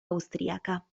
austriaca